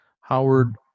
Howard